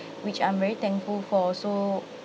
which I'm very thankful for so